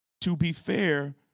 to be fair